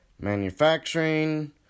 Manufacturing